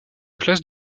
place